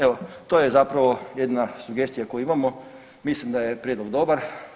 Evo to je zapravo jedna sugestija koju imamo, mislim da je prijedlog dobar.